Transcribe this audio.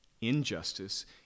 Injustice